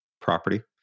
property